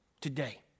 today